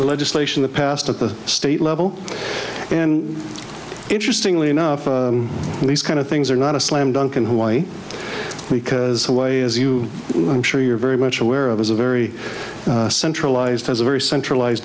legislation that passed at the state level and interestingly enough these kind of things are not a slam dunk in hawaii because the way as you i'm sure you're very much aware of is a very centralized as a very centralized